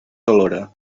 alhora